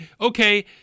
okay